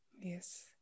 yes